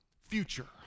future